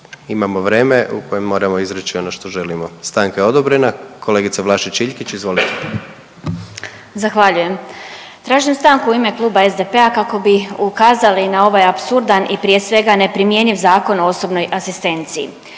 Imamo vreme u kojem moramo izreći ono što želimo. Stanka je odobrena. Kolegica Vlašić Iljkić, izvolite. **Vlašić Iljkić, Martina (SDP)** Zahvaljujem. Tražim stanku u ime Kluba SDP-a kako bi ukazali na ovaj apsurdan i prije svega neprimjenjiv Zakon o osobnoj asistenciji.